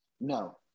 No